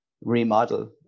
remodel